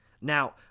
Now